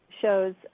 shows